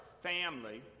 family